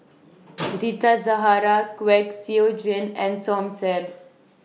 Rita Zahara Kwek Siew Jin and Som Said